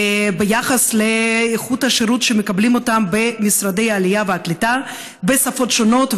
ביחס לאיכות השירות שמקבלים במשרד העלייה והקליטה בשפות שונות,